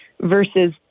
versus